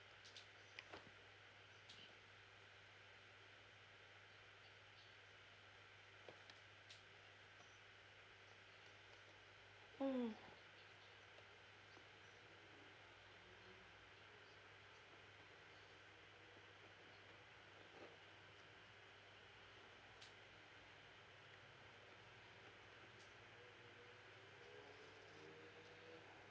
mm